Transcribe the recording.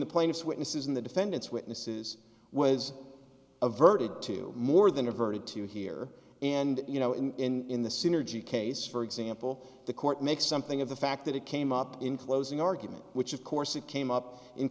the plaintiffs witnesses and the defendant's witnesses was averted to more than reverted to here and you know in the synergy case for example the court makes something of the fact that it came up in closing argument which of course it came up in